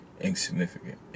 insignificant